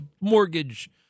mortgage